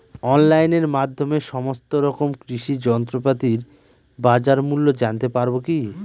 অনলাইনের মাধ্যমে সমস্ত রকম কৃষি যন্ত্রপাতির বাজার মূল্য জানতে পারবো কি?